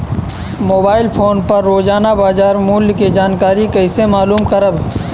Mobile phone पर रोजाना बाजार मूल्य के जानकारी कइसे मालूम करब?